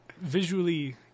visually